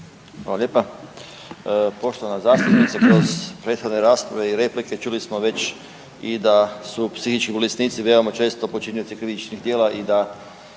Hvala lijepa. Poštovana zastupnice kroz prethodne rasprave i replike čuli smo već i da su psihički bolesnici veoma često počinitelji krivičnih djela i da